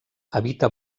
habita